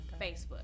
Facebook